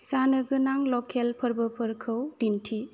जानोगोनां लकेल फोरबोफोरखौ दिन्थि